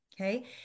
okay